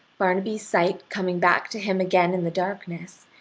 barnaby's sight coming back to him again in the darkness,